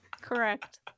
Correct